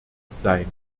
sein